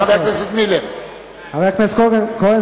אדוני היושב-ראש,